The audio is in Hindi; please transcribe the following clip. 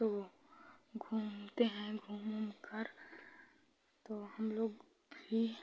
तो घूमते हैं घूम उम कर तो हमलोग भी